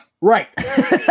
Right